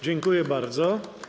Dziękuję bardzo.